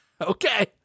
Okay